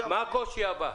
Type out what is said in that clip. מה הקושי הבא?